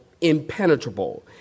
impenetrable